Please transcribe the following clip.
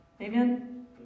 Amen